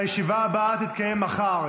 הישיבה הבאה תתקיים מחר,